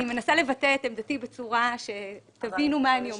מנסה לבטא את עמדתי בצורה שתבינו מה אני אומרת.